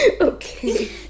Okay